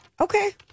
okay